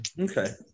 Okay